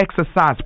exercise